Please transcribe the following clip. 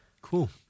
Cool